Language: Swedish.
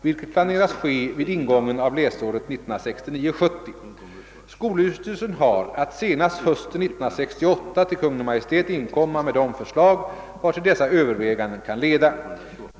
vilket planeras ske vid ingången av läsåret 1969/70. Skolöverstyrelsen har att senast hösten 1968 till Kungl. Maj:t inkomma med de förslag vartill dessa överväganden kan leda.